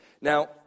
Now